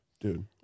Dude